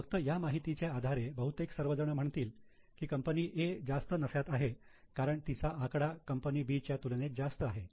फक्त या माहितीच्या आधारे बहुतेक सर्वजण म्हणतील की कंपनी A जास्त नफ्यात आहे कारण तिचा आकडा कंपनी B च्या तुलनेत जास्त आहे